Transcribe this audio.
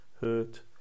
hurt